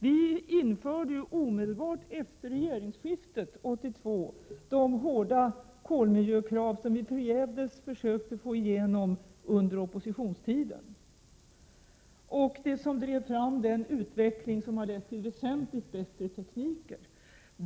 Vi införde omedelbart efter regeringsskiftet 1982 de hårda kolmiljökrav som vi förgäves försökt få igenom under oppositionstiden. Det drev fram den utveckling som ledde till väsentligt bättre teknik.